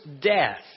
death